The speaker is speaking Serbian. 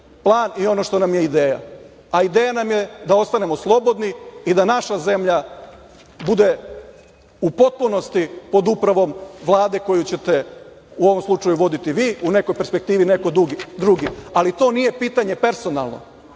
plan i ono što nam je ideja. Ideja nam je da ostanemo slobodni i da naša zemlja bude u potpunosti pod upravom Vlade koju ćete u ovom slučaju voditi vi, u nekoj perspektivi ili neko drugi. Ali, to nije pitanje personalno